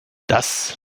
das